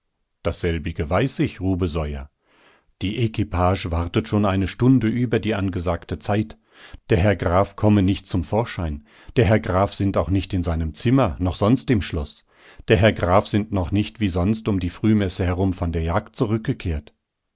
dasselbige weiß ich rubesoier die equipage wartet schon eine stunde über die angesagte zeit der herr graf kommen nicht zum vorschein der herr graf sind auch nicht in seinem zimmer noch sonst im schloß der herr graf sind noch nicht wie sonst um die frühmesse herum von der jagd zurückgekehrt